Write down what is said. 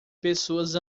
pessoas